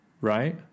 right